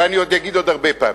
ואני אגיד עוד הרבה פעמים.